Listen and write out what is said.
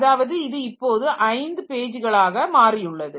அதாவது இது இப்போது 5 பேஜ்களாக மாறியுள்ளது